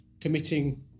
committing